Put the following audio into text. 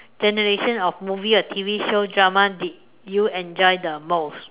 generation of movie or T_V show drama did you enjoy the most